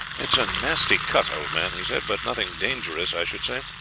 it's a nasty cut, old man, he said, but nothing dangerous, i should say.